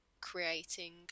creating